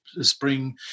spring